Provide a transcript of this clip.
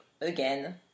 again